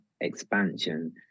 expansion